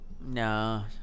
No